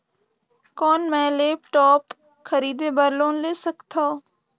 कौन मैं लेपटॉप खरीदे बर लोन ले सकथव?